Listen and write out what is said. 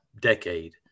decade